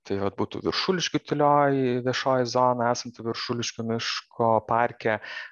tai vat būtų viršuliškių tylioji viešoji zona esanti viršuliškių miško parke